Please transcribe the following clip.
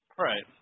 Right